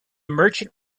merchant